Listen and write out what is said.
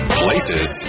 places